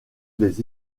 des